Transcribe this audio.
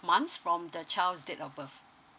month from the child's date of birth